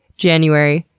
january,